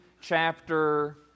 chapter